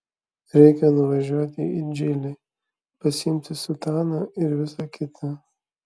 reikia nuvažiuoti į džilį pasiimti sutaną ir visa kita